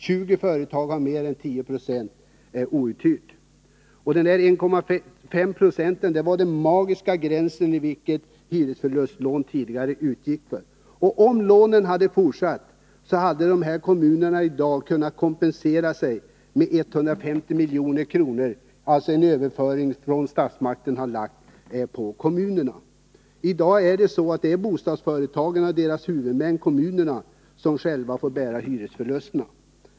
20 företag har mer än 10 26 outhyrt. 1,5 20 var den magiska gräns vid vilken hyresförlustlån beviljades tidigare. Om lånen hade funnits kvar, skulle bostadsföretagen i dag ha fått kompensation med 150 milj.kr. genom överföring från staten till kommunerna. Nu får bostadsföretagen och deras huvudmän kommunerna själva bära hyresförlusterna.